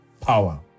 power